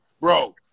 bro